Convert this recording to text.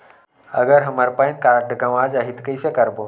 अगर हमर PAN card गवां जाही कइसे करबो?